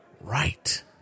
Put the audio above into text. right